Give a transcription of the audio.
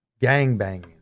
gangbanging